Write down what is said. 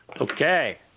Okay